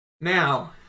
Now